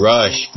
Rush